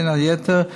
בין היתר,